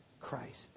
Christ